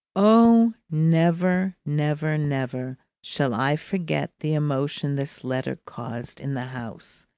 oh, never, never, never shall i forget the emotion this letter caused in the house!